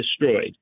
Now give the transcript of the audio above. destroyed